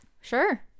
sure